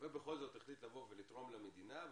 ובכל זאת והחליט לבוא ולתרום למדינה,